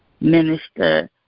minister